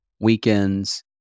weekends